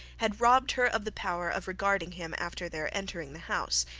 had robbed her of the power of regarding him after their entering the house.